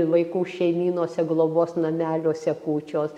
vaikų šeimynose globos nameliuose kūčios